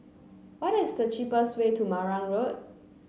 what is the cheapest way to Marang Road